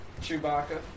Chewbacca